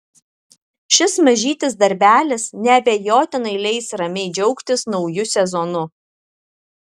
šis mažytis darbelis neabejotinai leis ramiai džiaugtis nauju sezonu